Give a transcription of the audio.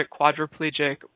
quadriplegic